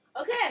Okay